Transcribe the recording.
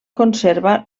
conserva